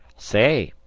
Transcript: say,